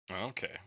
Okay